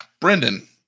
Brendan